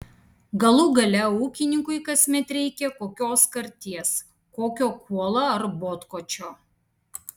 galų gale ūkininkui kasmet reikia kokios karties kokio kuolo ar botkočio